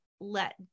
let